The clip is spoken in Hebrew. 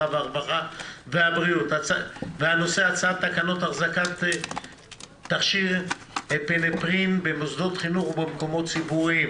בנושא הצעת תקנות החזקת תכשיר אפינפרין במוסדות חינוך ובמקומות ציבוריים